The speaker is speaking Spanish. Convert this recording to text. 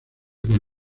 con